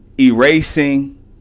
erasing